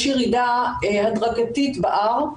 יש ירידה הדרגתית ב-R,